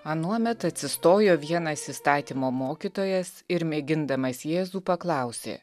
anuomet atsistojo vienas įstatymo mokytojas ir mėgindamas jėzų paklausė